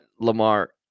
lamar